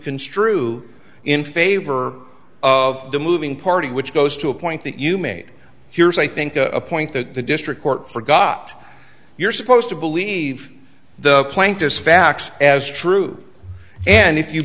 construe in favor of the moving party which goes to a point that you made here's i think a point that the district court forgot you're supposed to believe the plaintiff's facts as true and if you